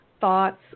thoughts